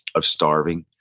of starving,